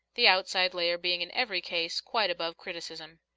the outside layer being in every case quite above criticism.